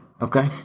Okay